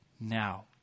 now